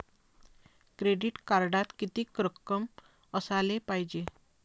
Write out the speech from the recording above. Credit कार्डात कितीक रक्कम असाले पायजे?